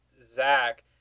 Zach